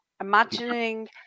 imagining